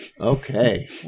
Okay